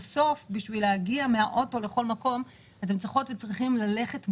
בסוף בשביל להגיע מהאוטו לכל מקום אתן צריכות וצריכים ללכת ברגל.